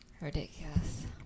Ridiculous